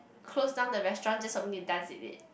close down the restaurant just for me to dance in it